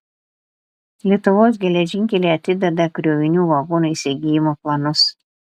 lietuvos geležinkeliai atideda krovinių vagonų įsigijimo planus